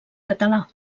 català